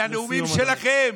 מהנאומים שלכם?